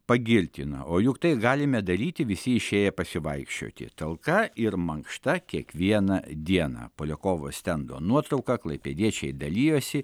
pagirtina o juk tai galime daryti visi išėję pasivaikščioti talka ir mankšta kiekvieną dieną poliakovo stendo nuotrauka klaipėdiečiai dalijosi